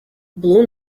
blue